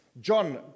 John